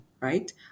right